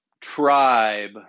tribe